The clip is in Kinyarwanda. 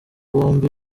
bombi